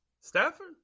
Stafford